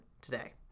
today